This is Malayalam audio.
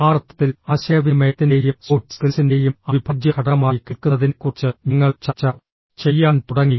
ആ അർത്ഥത്തിൽ ആശയവിനിമയത്തിന്റെയും സോഫ്റ്റ് സ്കിൽസിന്റെയും അവിഭാജ്യ ഘടകമായി കേൾക്കുന്നതിനെക്കുറിച്ച് ഞങ്ങൾ ചർച്ച ചെയ്യാൻ തുടങ്ങി